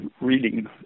reading